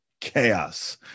Chaos